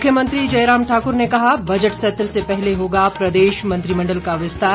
मुख्यमंत्री जयराम ठाकुर ने कहा बजट सत्र से पहले होगा प्रदेश मंत्रिमंडल का विस्तार